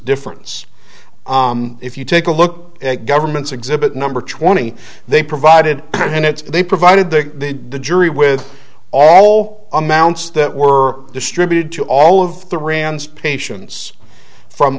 difference if you take a look at government's exhibit number twenty they provided minutes they provided the the jury with all amounts that were distributed to all of the rands patients from